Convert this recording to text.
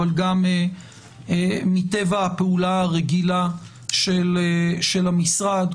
אבל גם מטבע הפעולה הרגילה של המשרד,